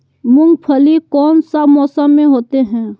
मूंगफली कौन सा मौसम में होते हैं?